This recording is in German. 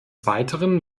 weiteren